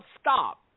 stop